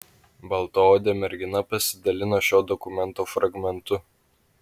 baltaodė mergina pasidalino šio dokumento fragmentu